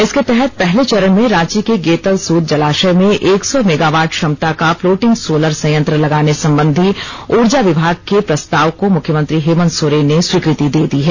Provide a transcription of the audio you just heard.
इसके तहत पहले चरण में रांची के गेतलसूद जलाशय में एक सौ मेगावाट क्षमता का फ्लोटिंग सोलर संयंत्र लगाने संबंधी ऊर्जा विभाग के प्रस्ताव को मुख्यमंत्री हेमन्त सोरेन ने स्वीकृति दे दी है